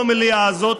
במליאה הזאת,